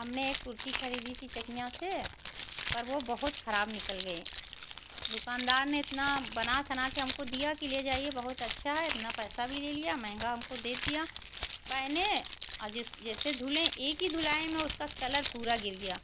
हमने एक कुर्ती खरीदी थी चकियाँ से पर वह बहुत खराब निकल गई दुकानदार ने इतना बना सना कर हमको दिया की ले जाइए बहुत अच्छा है इतना पैसा भी ले लिया महँगा हमको दे दिया पहने जिस जैसे धुलें एक ही धुलाई में उसका कलर पूरा गिर गया